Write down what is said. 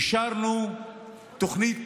אישרנו תוכנית